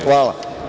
Hvala.